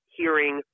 hearing